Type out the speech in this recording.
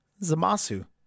Zamasu